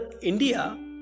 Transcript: India